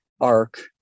arc